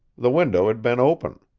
the window had been open.